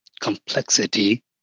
complexity